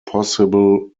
possible